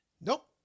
Nope